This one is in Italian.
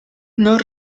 non